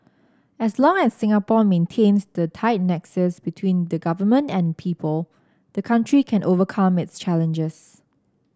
as long as Singapore maintains the tight nexus between the government and people the country can overcome its challenges